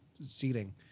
seating